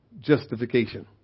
Justification